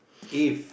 if